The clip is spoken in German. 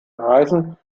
reisen